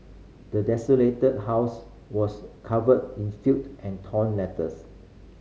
the desolated house was covered in filth and torn letters